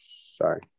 sorry